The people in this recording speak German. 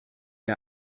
der